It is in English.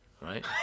Right